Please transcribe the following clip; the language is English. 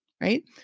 Right